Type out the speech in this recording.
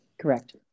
Correct